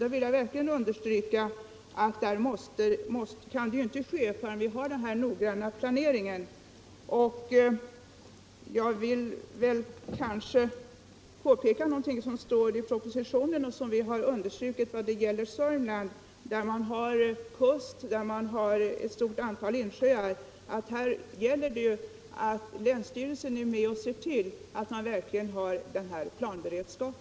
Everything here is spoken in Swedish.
Jag vill dock verkligen understryka att fritidsbebyggelsen inte får tillåtas växa förrän det föreligger en noggrann planering. Jag vill i detta sammanhang peka på något som står i propositionen och som vi har understrukit vad gäller Sörmland, där man har både kust och ett stort antal insjöar, nämligen att det är angeläget att länsstyrelsen medverkar i strävandena att verkligen skapa en sådan planberedskap.